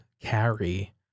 carry